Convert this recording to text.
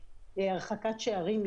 הרחקת שיעורים,